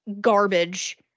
garbage